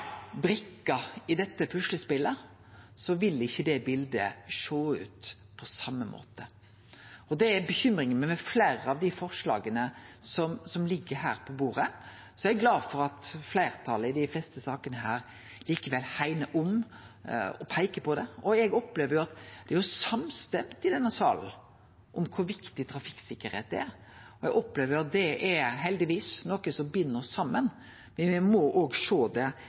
i dette puslespelet, vil ikkje det bildet sjå ut på same måten. Og det er bekymringa mi med fleire av dei forslaga som ligg her på bordet. Eg er glad for at fleirtalet i dei fleste sakene likevel hegnar om og peikar på det, og eg opplever at det er semje i denne salen om kor viktig trafikksikkerheit er. Eg opplever at det heldigvis er noko som bind oss saman, men me må òg sjå det